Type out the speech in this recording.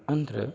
ಅಂದ್ರೆ